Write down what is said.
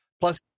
plus